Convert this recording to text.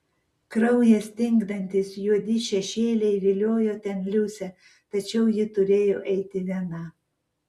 kraują stingdantys juodi šešėliai viliojo ten liusę tačiau ji turėjo eiti viena